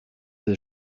des